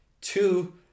Two